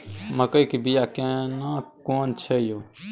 मकई के बिया केना कोन छै यो?